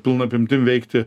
pilna apimtim veikti